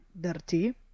dirty